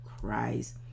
Christ